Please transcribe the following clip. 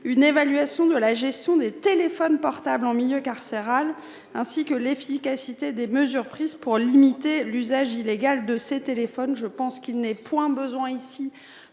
une évaluation de la gestion des téléphones portables en milieu carcéral et de l’efficacité des mesures prises pour limiter l’usage illégal de ces appareils. Je pense qu’il n’est point besoin